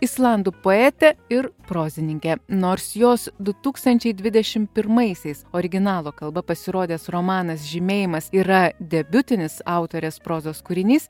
islandų poetė ir prozininkė nors jos du tūkstančiai dvidešim pirmaisiais originalo kalba pasirodęs romanas žymėjimas yra debiutinis autorės prozos kūrinys